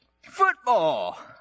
football